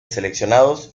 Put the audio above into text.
seleccionados